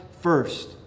first